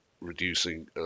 reducing